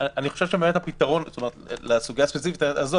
הפתרון לסוגיה הספציפית הזאת,